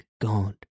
God